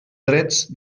drets